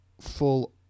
full